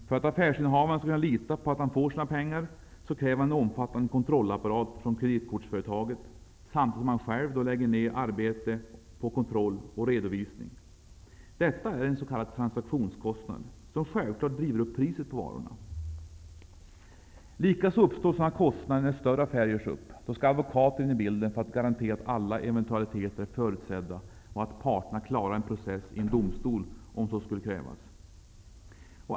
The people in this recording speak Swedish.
För att affärsinnehavaren skall kunna lita på att han får sina pengar kräver han en omfattande kontrollapparat från kreditkortsföretaget, samtidigt som han själv lägger ned en hel del arbete på kontroll och redovisning. Detta är en s.k. transaktionskostnad, som självklart driver upp priset på varorna. Likaså uppstår sådana kostnader när större affärer görs upp. Då skall advokater in i bilden för att garantera att alla eventualiteter är förutsedda och att parterna klarar en process i en domstol, om så skulle behövas.